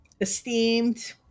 esteemed